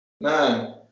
man